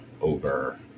over